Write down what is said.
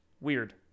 Weird